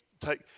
take